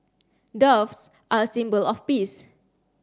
doves are a symbol of peace